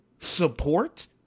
support